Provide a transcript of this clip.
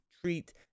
treat